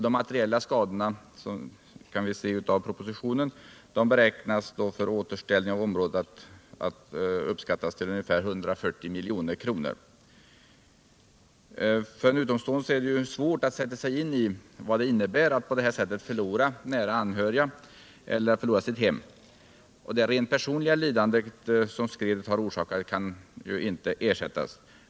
De materiella skadorna och kostnaderna för återställning av området kan — som framgår av propositionen — uppskattas till ungefär 140 milj.kr. För en utomstående är det svårt att sätta sig in I vad det innebär att på detta sätt förlora nära anhöriga celler sitt hem. Det rent personliga lidande som skredet har orsakat kan ju inte ersättas.